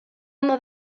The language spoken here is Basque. ondo